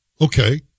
Okay